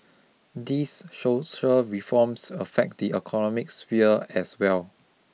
these social reforms affect the economic sphere as well